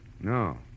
No